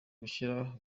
kwishyira